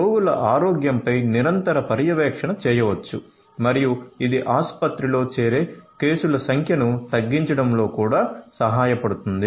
రోగుల ఆరోగ్యంపై నిరంతర పర్యవేక్షణ చేయవచ్చు మరియు ఇది ఆసుపత్రిలో చేరే కేసుల సంఖ్యను తగ్గించడంలో కూడా సహాయపడుతుంది